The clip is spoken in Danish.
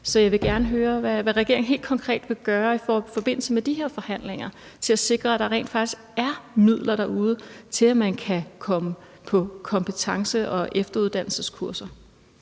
Så jeg vil gerne høre, hvad regeringen helt konkret vil gøre i forbindelse med de her forhandlinger for at sikre, at der rent faktisk er midler derude til, at man kan komme på kompetence- og efteruddannelseskurser.